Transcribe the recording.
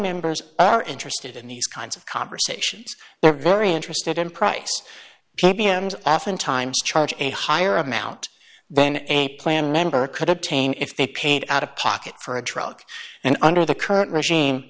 members are interested in these kinds of conversations they're very interested in price affan times charge a higher amount than a plan number could obtain if they paid out of pocket for a drug and under the current regime